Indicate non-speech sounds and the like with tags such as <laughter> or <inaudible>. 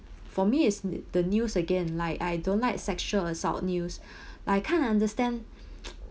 for me is the the news again like I don't like sexual assault news <breath> I can't understand <breath> <noise>